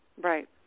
Right